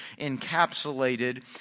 encapsulated